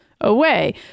away